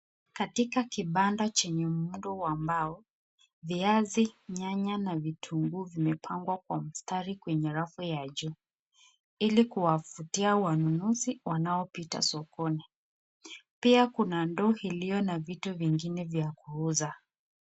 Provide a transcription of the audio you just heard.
Katika kibanda chenye muundo wa mbao, viazi, nyanya na vitunguu vimepangwa kwa mstari kwenye rafa ya juu ili kuwavutia wanunuzi wanaopita sokoni, pia kuna ndoo iliyo na vitu vingine vya kuuza.